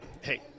hey